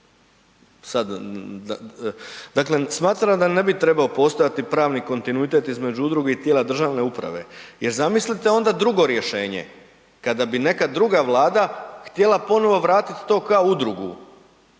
Dakle smatram da ne bi trebao postojati pravni kontinuitet između udruge i tijela državne uprave jer zamislite onda drugo rješenje, kada bi neka druga vlada htjela ponovo vratiti to kao udrugu,